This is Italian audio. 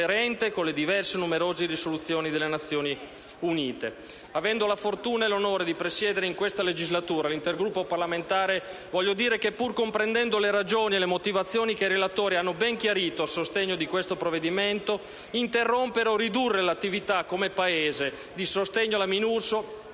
con le diverse e numerose risoluzioni delle Nazioni Unite. Avendo la fortuna e l'onore di presiedere in questa legislatura l'Intergruppo parlamentare, voglio dire che, pur comprendendo le ragioni e le motivazioni che i relatori hanno ben chiarito a sostegno di questo provvedimento, interrompere o ridurre l'attività come Paese di sostegno alla Minurso